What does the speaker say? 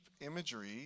imagery